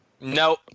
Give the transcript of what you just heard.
No